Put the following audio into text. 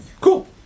Cool